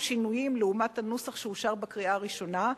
שינויים לעומת הנוסח שאושר בקריאה הראשונה,